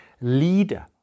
leader